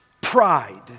Pride